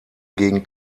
gegen